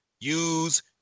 use